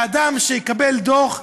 ואדם שיקבל דוח,